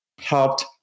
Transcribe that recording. helped